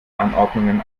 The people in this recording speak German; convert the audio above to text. anordnungen